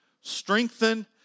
strengthen